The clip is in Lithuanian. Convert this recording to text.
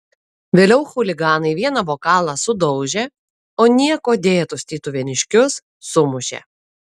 vėliau chuliganai vieną bokalą sudaužė o niekuo dėtus tytuvėniškius sumušė